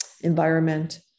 environment